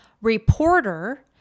reporter